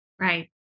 Right